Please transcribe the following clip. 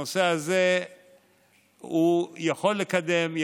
את הנושא הזה הוא יכול לקדם.